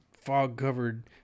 fog-covered